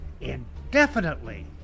indefinitely